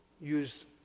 use